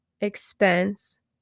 expense